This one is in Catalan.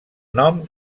nom